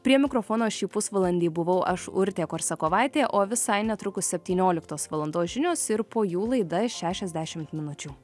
prie mikrofono šį pusvalandį buvau aš urtė korsakovaitė o visai netrukus septynioliktos valandos žinios ir po jų laida šešiasdešimt minučių